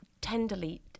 tenderly